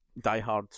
diehard